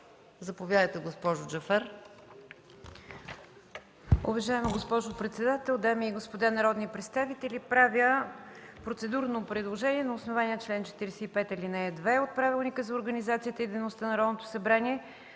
Заповядайте, госпожо Джафер.